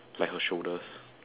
like her shoulders